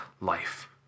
life